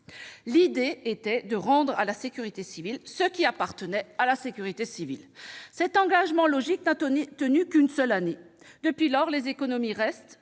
L'idée était de rendre à la sécurité civile ce qui lui appartenait déjà. Cet engagement logique n'a tenu qu'une seule année : depuis lors, les économies restent,